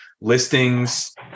listings